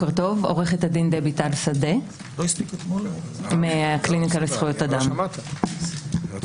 שלום, אני מהקליניקה לזכויות אדם, אונ'